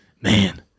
man